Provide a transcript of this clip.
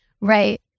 right